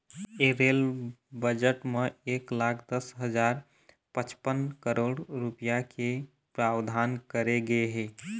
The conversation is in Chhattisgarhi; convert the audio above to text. ए रेल बजट म एक लाख दस हजार पचपन करोड़ रूपिया के प्रावधान करे गे हे